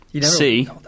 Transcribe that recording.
See